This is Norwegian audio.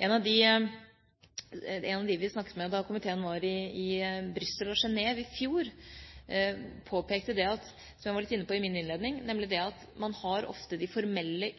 En av dem vi snakket med da komiteen var i Brussel og Genève i fjor, påpekte, som jeg var litt inne på i min innledning, at man har ofte de formelle,